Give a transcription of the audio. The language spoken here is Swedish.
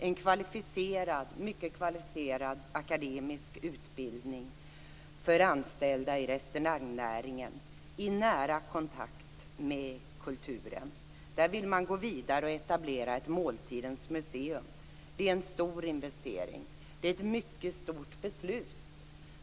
Det är en mycket kvalificerad akademisk utbildning för anställda i restaurangnäringen, i nära kontakt med kulturen. Där vill man gå vidare och etablera ett måltidens museum. Det är en stor investering och ett mycket stort beslut.